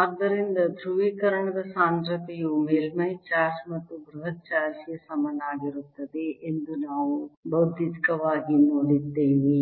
ಆದ್ದರಿಂದ ಧ್ರುವೀಕರಣದ ಸಾಂದ್ರತೆಯು ಮೇಲ್ಮೈ ಚಾರ್ಜ್ ಮತ್ತು ಬೃಹತ್ ಚಾರ್ಜ್ ಗೆ ಸಮನಾಗಿರುತ್ತದೆ ಎಂದು ನಾವು ಭೌತಿಕವಾಗಿ ನೋಡಿದ್ದೇವೆ